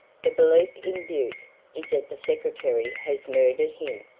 the belief in butte is that the secretary has murdered him.